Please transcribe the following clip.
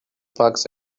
parks